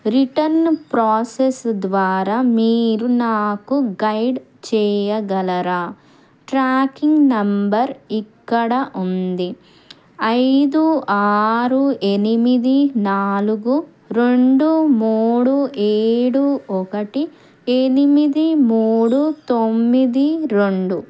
return process ద్వారా మీరు నాకు గైడ్ చేయగలరా ట్రాకింగ్ నంబర్ ఇక్కడ ఉంది ఐదు ఆరు ఎనిమిది నాలుగు రెండు మూడు ఏడు ఒకటి ఎనిమిది మూడు తొమ్మిది రెండు